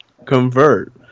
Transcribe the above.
convert